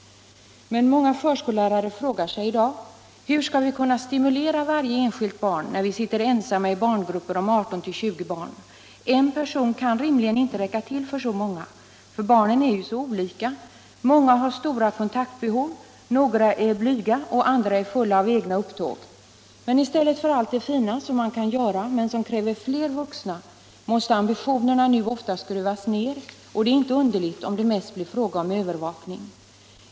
Men många förskollärare frågar sig i dag: Hur skall vi kunna stimulera varje enskilt barn när vi sitter ensamma i barngrupper om 18-20 barn? En person kan rimligen inte räcka till för så många. Barnen är ju så olika. Många har stora kontaktbehov, några är blyga och andra är fulla av egna upptåg. Men i stället för allt det fina som man kan göra, men som kräver fler vuxna, måste ambitionerna nu ofta skruvas ner, och det är inte underligt om det mest blir fråga om övervakning.